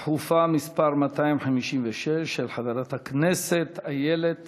דחופה מס' 256 של חברת הכנסת איילת